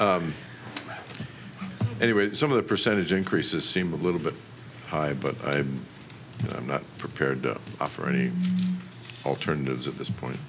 yeah anyway some of the percentage increases seem a little bit high but i'm not prepared to offer any alternatives at this point